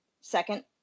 second